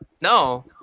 no